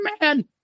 man